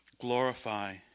glorify